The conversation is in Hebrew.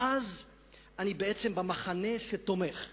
מאז אני בעצם במחנה שתומך בהסדר.